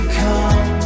come